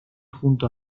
junto